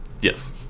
Yes